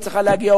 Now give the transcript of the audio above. והיא צריכה להגיע,